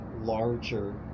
larger